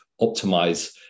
optimize